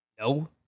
no